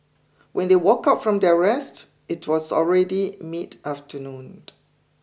when they woke up from their rest it was already mid-afternoon